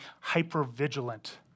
hyper-vigilant